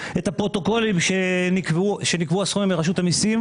את הפרוטוקולים ממתי שנקבעו הסכומים,